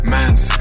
Man's